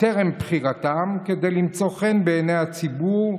טרם בחירתם כדי למצוא חן בעיני הציבור,